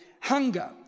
hunger